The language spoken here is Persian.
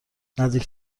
نزدیک